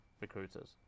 recruiters